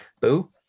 Boo